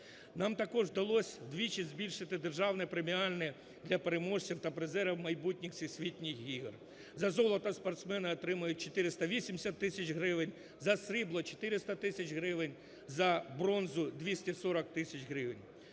Нам також вдалося вдвічі збільшити державні преміальні для переможців та призерів майбутніх всесвітніх ігор. За золото спортсмени отримають 480 тисяч гривень, за срібло – 400 тисяч гривень, за бронзу – 240 тисяч гривень.